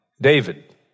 David